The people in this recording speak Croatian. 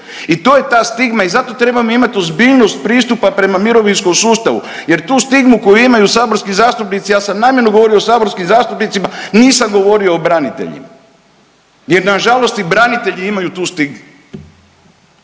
I to je ta stigma i zato trebamo imati ozbiljnost pristupa prema mirovinskom sustavu, jer tu stigmu koju imaju saborski zastupnici, ja sam namjerno govorio o saborskim zastupnicima, nisam govorio o braniteljima. Jer na žalost i branitelji imaju tu stigmu.